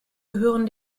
gehören